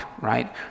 right